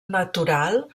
natural